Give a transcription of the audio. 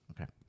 okay